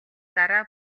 дараа